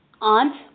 Aunt